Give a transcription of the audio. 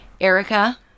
Erica